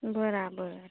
બરાબર